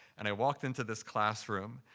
and i walked into this classroom.